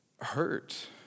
hurt